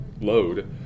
load